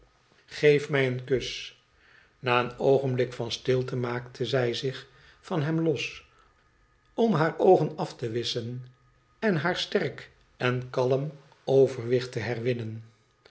geef mij een kus na een oogenblik van stilte maakte zij zich van hem los om hare oogen af te wisschen en haar sterk en kalm overwicht te herwinnen